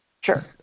Sure